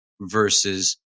versus